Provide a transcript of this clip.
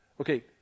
Okay